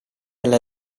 alla